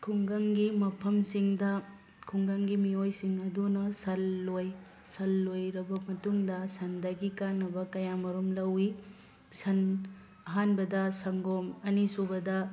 ꯈꯨꯡꯒꯪꯒꯤ ꯃꯐꯝꯁꯤꯡꯗ ꯈꯨꯡꯒꯪꯒꯤ ꯃꯤꯑꯣꯏꯁꯤꯡ ꯑꯗꯨꯅ ꯁꯟ ꯂꯣꯏ ꯁꯟ ꯂꯣꯏꯔꯕ ꯃꯇꯨꯡꯗ ꯁꯟꯗꯒꯤ ꯀꯥꯟꯅꯕ ꯀꯌꯥ ꯃꯔꯨꯝ ꯂꯧꯋꯤ ꯁꯟ ꯑꯍꯥꯟꯕꯗ ꯁꯪꯒꯣꯝ ꯑꯅꯤꯁꯨꯕꯗ